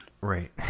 Right